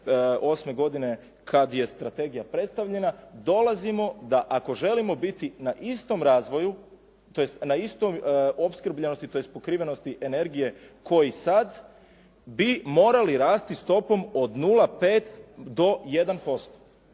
2008. godine kad je strategija predstavljena, dolazimo da ako želimo biti na istom razvoju, tj. na istoj opskrbljenosti tj. pokrivenosti energije kao i sad bi morali rasti stopom od 0,5 do 1%